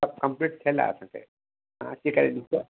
complete थियल आहे तव्हां अची करे ॾिसो